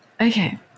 Okay